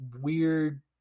weird